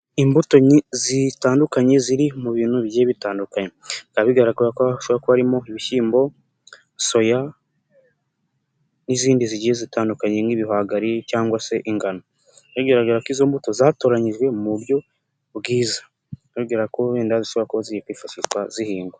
Imbuto zitandukanye ziri mu bintu bigiye bitandukanye bikaba bigaragara ko hashobora kuba harimo ibishyimbo, soya n'izindi zigiye zitandukanye nk'ibihwagari cyangwa se ingano, bikaba bigaragara ko izo mbuto zatoranyijwe mu buryo bwiza, bigaragara ko wenda zishobora kuba zigiye kwifashizwa zihingwa.